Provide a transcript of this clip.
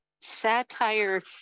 Satire